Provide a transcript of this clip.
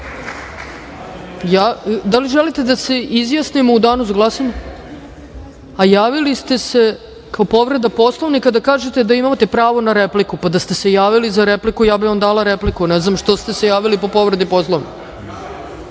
Da li želite da se izjasnimo u danu za glasanje?(Zoran Lutovac: Ne.)Javili ste se po povredi Poslovnika da kažete da imate pravo na repliku? Da ste se javili za repliku, ja bih vam dala repliku. Ne znam što ste se javili po povredi Poslovnika.(Zoran